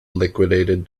liquidated